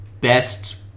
best